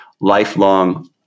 lifelong